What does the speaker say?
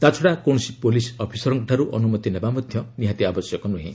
ତା'ଛଡ଼ା କୌଣସି ପୋଲିସ୍ ଅଫିସରଙ୍କଠାରୁ ଅନୁମତି ନେବା ମଧ୍ୟ ନିହାତି ଆବଶ୍ୟକ ନୁହେଁ